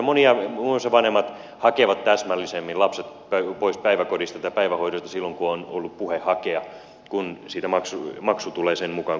muun muassa vanhemmat hakevat täsmällisemmin lapset pois päiväkodista tai päivähoidosta silloin kun on ollut puhe hakea kun maksu tulee sen mukaan kuinka palveluja käyttää